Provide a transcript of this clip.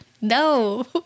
No